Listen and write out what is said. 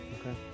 okay